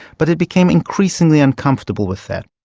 but it became increasingly uncomfortable with that.